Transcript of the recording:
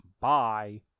Bye